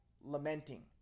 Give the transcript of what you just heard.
lamenting